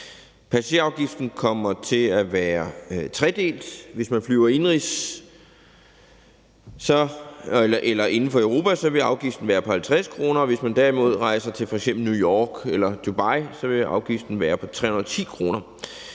Passagerafgiften kommer til at være tredelt. Hvis man flyver indenrigs eller inden for Europa, vil afgiften være på 50 kr. Hvis man derimod rejser til f.eks. New York eller Dubai, vil afgiften være på 310 kr.